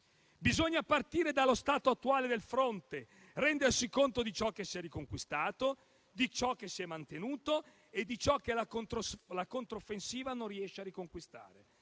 Bisogna partire dallo stato attuale del fronte, rendersi conto di ciò che si è riconquistato, di ciò che si è mantenuto e di ciò che la controffensiva non riesce a riconquistare.